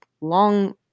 long